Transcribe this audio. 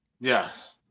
Yes